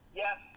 yes